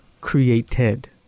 created